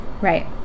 right